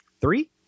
Three